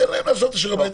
תן להם לעשות את שיעורי הבית,